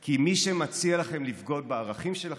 כי מי שמציעים לכם לבגוד בערכים שלכם,